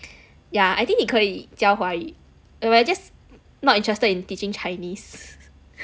yeah think 你可以教华语 no but I just not interested in teaching chinese